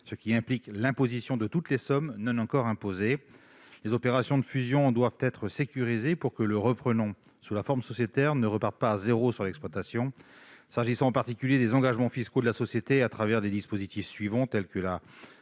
Cela implique l'imposition de toutes les sommes non encore imposées. Les opérations de fusion doivent être sécurisées pour que le reprenant sous la forme sociétaire ne reparte pas de zéro sur l'exploitation, s'agissant en particulier des engagements fiscaux de la société à travers des dispositifs suivants : la